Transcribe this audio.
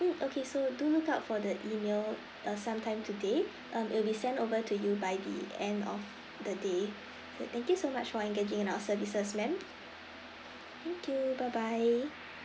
mm okay so do look out for the email uh sometime today um it'll be sent over to you by the end of the day uh thank you so much for engaging in our services ma'am thank you bye bye